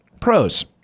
Pros